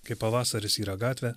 kai pavasaris yra gatvė